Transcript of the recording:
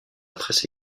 presse